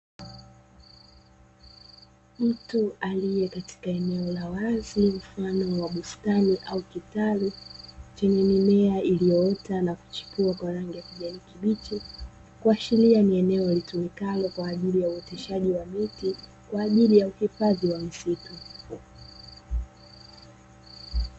Mtu aliye katika eneo la wazi mfano wa bustani au kitalu chenye mimea iliyoota na kuchipua kwa rangi ya kijani kibichi, kuashiria ni eneo litumikalo kwa ajili ya uoteshaji wa miti kwaajili ya uhifadhi wa misitu.